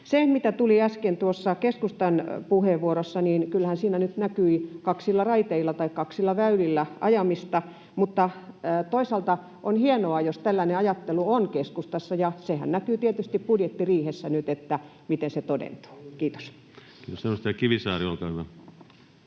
mitä tuli äsken tuossa keskustan puheenvuorossa, nyt näkyi kaksilla raiteilla tai kaksilla väylillä ajamista, mutta toisaalta on hienoa, jos tällainen ajattelu on keskustassa, ja sehän nyt näkyy tietysti budjettiriihessä, miten se todentuu. — Kiitos. Kiitos. — Edustaja Kivisaari, olkaa hyvä.